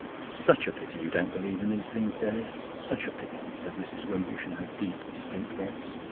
such a pity you don't believe in these things, denis, such a pity, said mrs. wimbush in her deep, distinct voice.